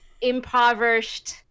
impoverished